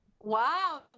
wow